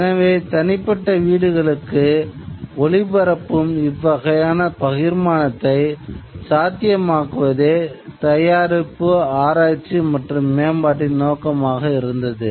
எனவே தனிப்பட்ட வீடுகளுக்கு ஒளிப்பரப்பும் இவ்வகையான பகிர்மானத்தை சாத்தியமாக்குவதே தயாரிப்பு ஆராய்ச்சி மற்றும் மேம்பாட்டின் நோக்கமாக இருந்தது